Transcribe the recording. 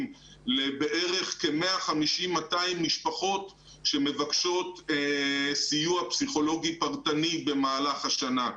לבערך כ-200-150 משפחות שמבקשות סיוע פסיכולוגי פרטני במהלך השנה.